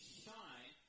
shine